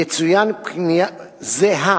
יצוין כי פנייה זהה